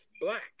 black